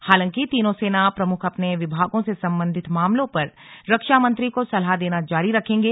हालांकि तीनों सेना प्रमुख अपने विभागों से संबंधित मामलों पर रक्षामंत्री को सलाह देना जारी रखेंगे